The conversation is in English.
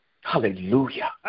Hallelujah